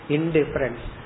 Indifference